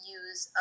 use